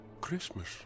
Christmas